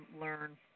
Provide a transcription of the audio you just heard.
learn